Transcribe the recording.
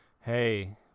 hey